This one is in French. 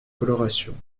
colorations